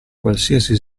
qualsiasi